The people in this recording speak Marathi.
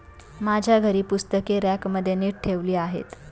माझ्या घरी पुस्तके रॅकमध्ये नीट ठेवली आहेत